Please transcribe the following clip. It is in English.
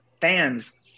fans